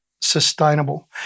sustainable